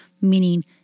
meaning